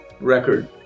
record